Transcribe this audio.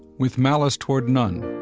with malice toward none,